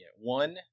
one